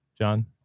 John